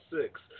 Six